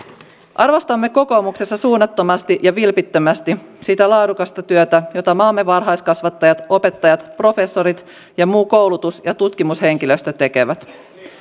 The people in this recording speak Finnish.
arvostamme kokoomuksessa suunnattomasti ja vilpittömästi sitä laadukasta työtä jota maamme varhaiskasvattajat opettajat professorit ja muu koulutus ja tutkimushenkilöstö tekevät